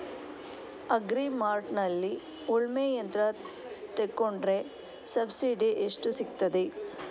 Agri ಮಾರ್ಟ್ನಲ್ಲಿ ಉಳ್ಮೆ ಯಂತ್ರ ತೆಕೊಂಡ್ರೆ ಸಬ್ಸಿಡಿ ಎಷ್ಟು ಸಿಕ್ತಾದೆ?